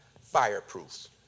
fireproof